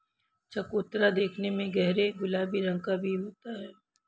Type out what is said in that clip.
चकोतरा देखने में गहरे गुलाबी रंग का भी होता है